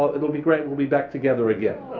it will be great, we'll be back together again,